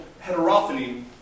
heterophony